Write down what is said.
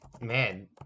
Man